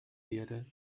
werde